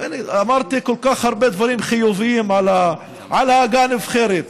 אמרתי כל כך הרבה דברים חיוביים על ההנהגה הנבחרת,